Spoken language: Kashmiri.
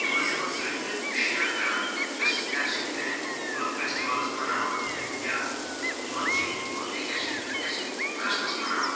مذہبَن سۭتۍ تہِ شیر کران أسۍ تہِ حظ چھِ تِہنٛدۍ مطلب فیٚسٹوَلٕز مناوان یا وَنٛدٕ چھُ یِنہٕ وول یکیٛاہ چھِ اسہِ کِرٛسمِس مناوُن